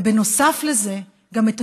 ובנוסף לזה גם את